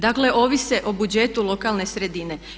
Dakle ovise o budžetu lokalne sredine.